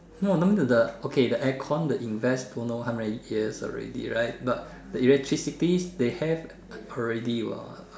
no no need to the okay the aircon the invest don't know how many years already right but the electricity they have already what